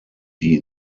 die